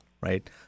right